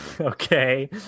okay